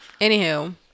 anywho